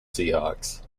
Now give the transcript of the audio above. seahawks